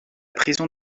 prison